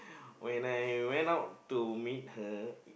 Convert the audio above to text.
when I went out to meet her